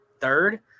Third